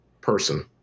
person